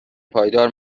پایدار